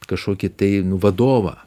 kažkokį tai vadovą